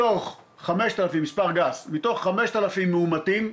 מתוך 5,000 מאומתים,